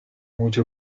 mucho